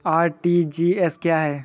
RTGS क्या है?